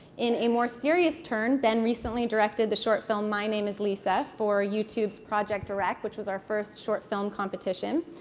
in a more serious turn, ben recently directed the short film my name is lisa for youtube project direct, which was our first short film competition.